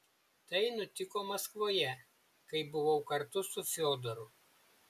tai nutiko maskvoje kai buvau kartu su fiodoru